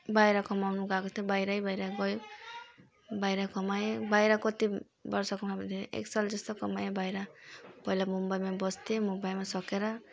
बाहिर कमाउनु गएको थिएँ बाहिरै बाहिर गएँ बाहिर कमाएँ बाहिरको कति वर्ष कमाएँ मैले एक साल जस्तो कमाएँ बाहिर पहिला मुम्बईमा बस्थेँ मुम्बईमा सकेर